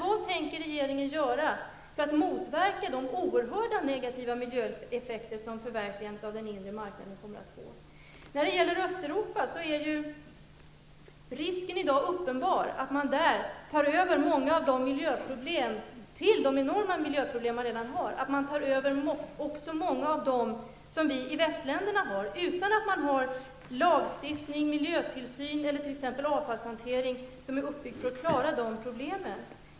Vad tänker regeringen göra för att motverka de oerhörda negativa miljöeffekter som förverkligandet av den inre marknaden kommer att få? I dag är risken uppenbar att Östeuropa tar över många av de miljöproblem som vi har i väst och lägger dem till de enorma miljöproblem man redan har, utan att ha lagstiftning, miljötillsyn eller t.ex. en avfallshantering som är uppbyggd för att klara de problemen.